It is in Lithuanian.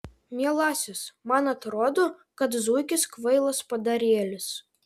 mielasis man atrodo kad zuikis kvailas padarėlis